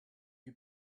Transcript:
you